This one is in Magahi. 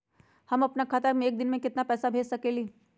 हम अपना खाता से एक दिन में केतना पैसा भेज सकेली?